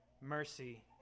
mercy